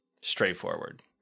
straightforward